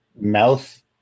mouth